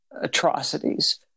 atrocities